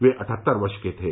वह अठहत्तर वर्ष के थे